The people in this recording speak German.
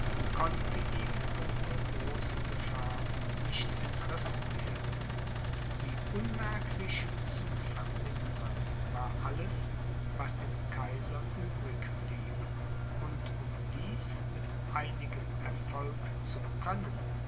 konnte ihm ohne große gefahr nicht entrissen werden sie unmerklich zu vermindern war alles was dem kaiser übrig blieb und um dies mit einigem erfolg zu können